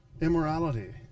immorality